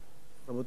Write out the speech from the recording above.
רבותי השרים,